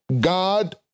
God